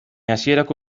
hasierako